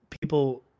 people